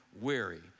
weary